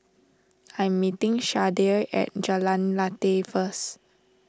I'm meeting Shardae at Jalan Lateh first